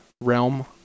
realm